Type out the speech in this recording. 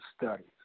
studies